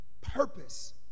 purpose